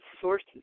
source's